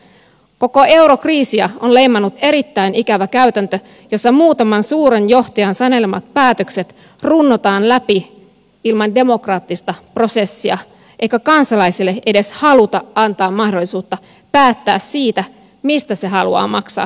koko eurokriisiä on leimannut erittäin ikävä käytäntö jossa muutaman suuren johtajan sanelemat päätökset runnotaan läpi ilman demokraattista prosessia eikä kansalaisille edes haluta antaa mahdollisuutta päättää siitä mistä se haluaa maksaa ja mistä ei